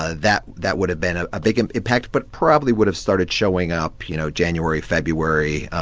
ah that that would have been a ah big and impact, but probably would have started showing up, you know, january, february,